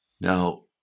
Now